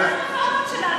אחת הרפורמות שלנו,